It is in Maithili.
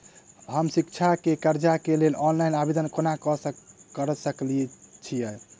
हम शिक्षा केँ कर्जा केँ लेल ऑनलाइन आवेदन केना करऽ सकल छीयै?